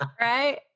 right